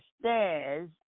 stairs